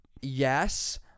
Yes